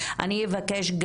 אני אבקש,